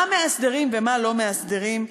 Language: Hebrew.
מה מאסדרים ומה לא מאסדרים.